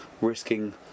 risking